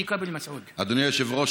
אדוני היושב-ראש,